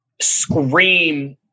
scream